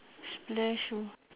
splash who